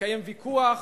לקיים ויכוח,